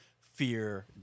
fear